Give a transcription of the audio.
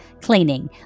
cleaning